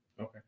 Okay